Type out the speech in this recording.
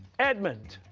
edmund,